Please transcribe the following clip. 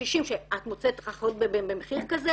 50-60 שאת מוצאת אחות במחיר כזה